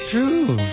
True